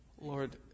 Lord